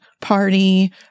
party